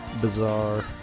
Bizarre